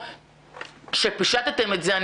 אתה אומר פה שפישטתם את זה.